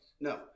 No